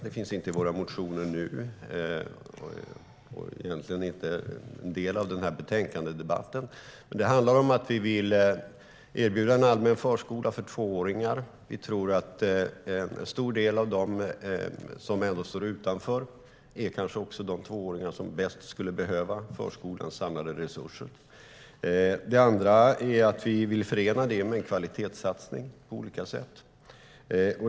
De finns inte med i våra motioner nu och är egentligen inte en av den här betänkandedebatten. Det handlar om att vi vill erbjuda en allmän förskola för tvååringar. Vi tror att en stor del av dem som står utanför kanske just är de tvååringar som bäst skulle behöva förskolans samlade resurser. Det andra är att vi vill förena det med en kvalitetssatsning på olika sätt.